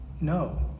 no